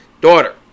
daughter